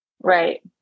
Right